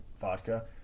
vodka